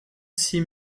six